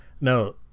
no